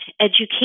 education